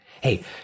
hey